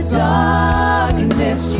darkness